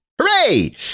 Hooray